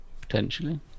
Potentially